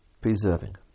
Preserving